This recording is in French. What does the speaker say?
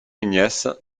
ignace